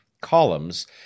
columns